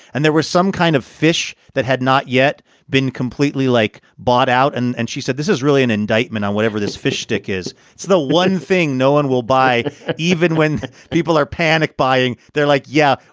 and there was some kind of fish that had not yet been completely like bought out. and and she said this is really an indictment on whatever this fish stick is. it's the one thing no one will buy even when people are panic buying. they're like, yeah,